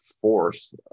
force